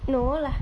no lah